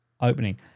Opening